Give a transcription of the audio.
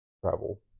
travel